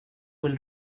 will